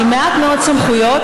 עם מעט מאוד סמכויות,